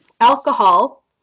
alcohol